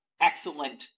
excellent